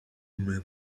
men